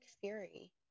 Fury